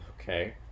Okay